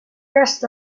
rest